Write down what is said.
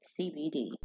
CBD